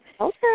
Okay